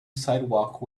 sidewalk